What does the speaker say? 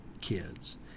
kids